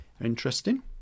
Interesting